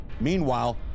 meanwhile